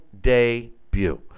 debut